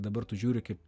dabar tu žiūri kaip